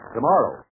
Tomorrow